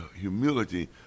humility